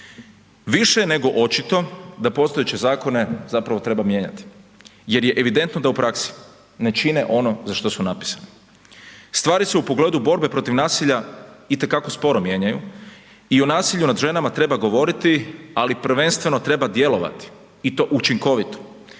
Više nego očito da postojeće zakone zapravo treba mijenjati jer je evidentno da u praksi ne čine ono za što su napisani. Stvari se u pogledu borbe protiv nasilja itekako sporo mijenjaju i o nasilju nad ženama treba govoriti, ali prvenstveno treba djelovati i to učinkovito.